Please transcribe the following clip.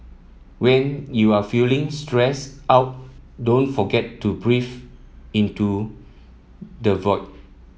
when you are feeling stressed out don't forget to breathe into the void